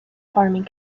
farming